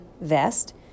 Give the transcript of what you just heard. vest